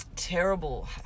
terrible